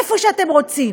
איפה שאתם רוצים.